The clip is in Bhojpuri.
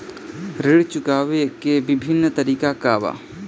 ऋण चुकावे के विभिन्न तरीका का बा?